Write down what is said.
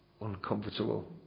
uncomfortable